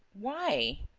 why?